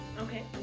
Okay